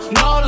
no